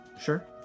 sure